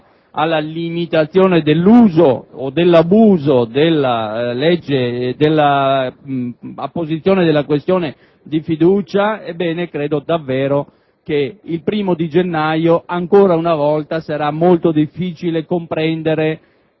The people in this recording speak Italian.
e la limitazione dell'uso o dell'abuso della apposizione della questione di fiducia. Credo davvero che il primo gennaio, ancora una volta, sarà molto difficile comprendere